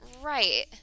Right